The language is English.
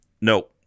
no